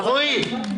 רועי,